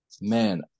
Man